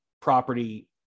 property